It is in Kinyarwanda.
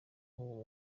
uwo